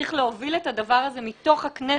צריך להוביל את הדבר הזה מתוך הכנסת,